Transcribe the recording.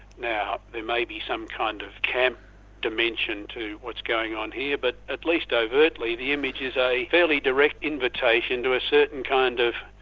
now there may be some kind of camp dimension to what's going on here, but at least overtly the image is a fairly direct invitation to a certain kind of,